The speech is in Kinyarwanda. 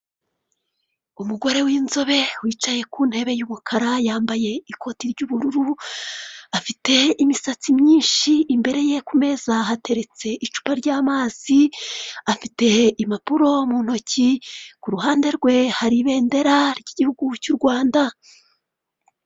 Umugore w'inzobe wicaye ku ntebe y'umukara yambaye ikote ry'ubururu, afite imisatsi myinshi afite, imbereye ku meza hateretse icupa ry'amazi, afite impapuro mu ntoki. Ku ruhande rwe hari ibendera ry'igihugu cy'u Rwanda.